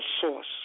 source